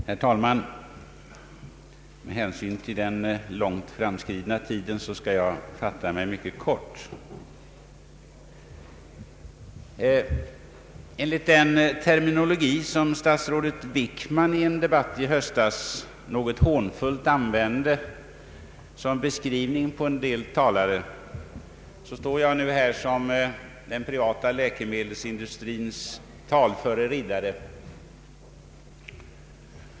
Herr talman! Med hänsyn till den långt framskridna tiden skall jag fatta mig mycket kort. Enligt den terminologi som statsrådet Wickman i en debatt i höstas något hånfullt använde som beskrivning på en del talare står jag nu här som den privata läkemedelsindustrins talföre riddare.